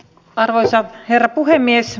arvoisa herra puhemies